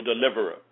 Deliverer